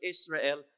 Israel